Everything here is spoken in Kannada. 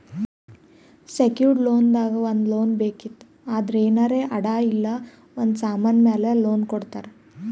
ಸೆಕ್ಯೂರ್ಡ್ ಲೋನ್ ನಾಗ್ ಲೋನ್ ಬೇಕಿತ್ತು ಅಂದ್ರ ಏನಾರೇ ಅಡಾ ಇಲ್ಲ ಒಂದ್ ಸಮಾನ್ ಮ್ಯಾಲ ಲೋನ್ ಕೊಡ್ತಾರ್